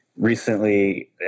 Recently